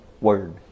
word